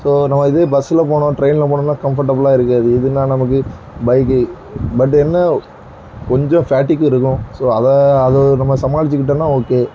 so நாம்ம இதே பஸ்ல போனோம் ட்ரைன்ல போனோம்னா கம்ஃபர்டபிலாக இருக்காது இதுனால் நமக்கு பைக்கு பட் என்ன கொஞ்சம் ஃபேட்டிக்கு இருக்கும் ஸோ அதை அதை நம்ம சமாளிச்சிக்கிட்டன்னால் ஓகே